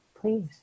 Please